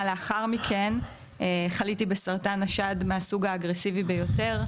לאחר מכן חליתי בסרטן השד מהסוג האגרסיבי ביותר,